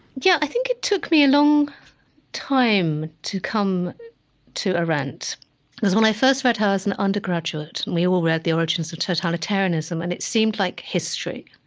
yeah, i think it took me a long time to come to arendt, because when i first read her as an undergraduate, and we all read the origins of totalitarianism, and it seemed like history.